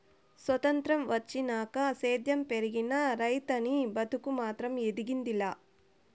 సొత్రంతం వచ్చినాక సేద్యం పెరిగినా, రైతనీ బతుకు మాత్రం ఎదిగింది లా